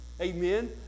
Amen